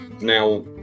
now